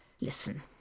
Listen